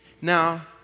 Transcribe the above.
now